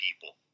people